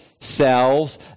selves